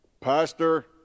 Pastor